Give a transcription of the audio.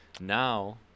now